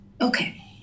Okay